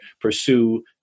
pursue